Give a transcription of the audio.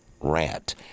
rant